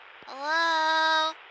Hello